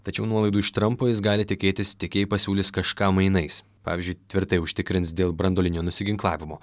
tačiau nuolaidų iš trampo jis gali tikėtis tik jei pasiūlys kažką mainais pavyzdžiui tvirtai užtikrins dėl branduolinio nusiginklavimo